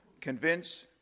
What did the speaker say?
convince